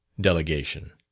delegation